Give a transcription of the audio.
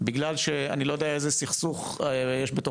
בגלל שאני לא יודע איזה סכסוך יש בתוך